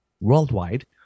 Worldwide